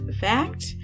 fact